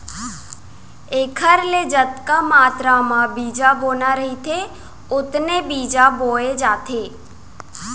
एखर ले जतका मातरा म बीजा बोना रहिथे ओतने बीजा बोए जाथे